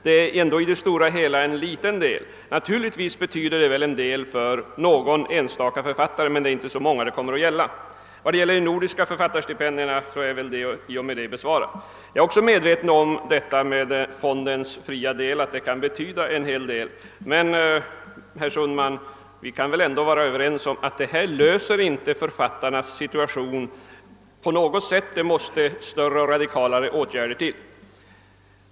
Det är ändå en liten del i det stora hela. Naturligtvis betyder det något för någon enstaka författare, men det är inte så många det kommer att gälla. Vad beträffar de nordiska författarstipendierna är väl frågan i och med detta besvarad. Jag är medveten om att fondens fria del kan betyda åtskilligt, men herr Sundman och jag kan väl ändå vara överens om att detta inte löser författarnas problem på något sätt, utan att det måste till mera radikala åtgärder.